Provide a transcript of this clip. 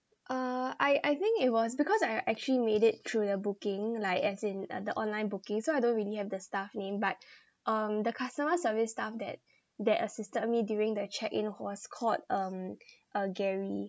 uh I I think it was because I actually made it through the booking like as in uh the online booking so I don't really have the staff name but um the customer service staff that that assisted me during the check in who was called um uh gary